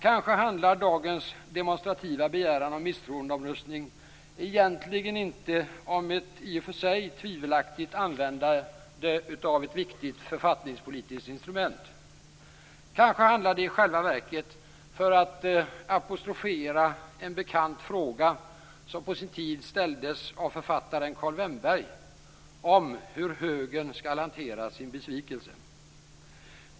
Kanske handlar dagens demonstrativa begäran om misstroendeomröstning egentligen inte om ett i och för sig tvivelaktigt användande av ett viktigt författningspolitiskt instrument. Kanske handlar det i själva verket, för att apostrofera en bekant fråga som på sin tid ställdes av författaren Karl Vennberg, om hur högern skall hantera sin besvikelse.